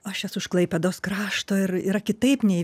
aš esu iš klaipėdos krašto ir yra kitaip nei